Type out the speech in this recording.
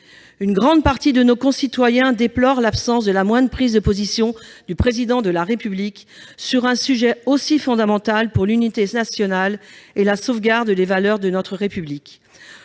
Une grande partie de nos concitoyens déplorent l'absence de la moindre prise de position du Président de la République sur un sujet aussi fondamental pour l'unité nationale et la sauvegarde des valeurs de notre République.